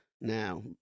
now